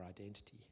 identity